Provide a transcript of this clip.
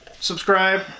subscribe